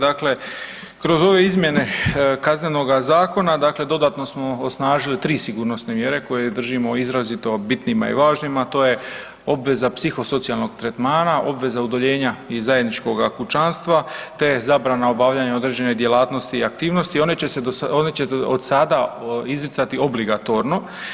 Dakle, kroz ove izmjene KZ-a dodatno smo osnažili tri sigurnosne mjere koje držimo izrazito bitnima i važnim, a to je obveza psihosocijalnog tretmana, obveza udaljenja iz zajedničkog kućanstva te zbrana obavljanja određene djelatnosti i aktivnosti, one će se od sada izricati obligatorno.